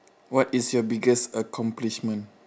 what is your biggest accomplishment